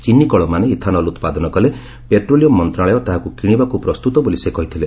ଚିନିକଳମାନେ ethanol ଉତ୍ପାଦନ କଲେ petroleum ମନ୍ତ୍ରଣାଳୟ ତାହାକୁ କିଶିବାକୁ ପ୍ରସ୍ତୁତ ବୋଲି ସେ କହିଥିଲେ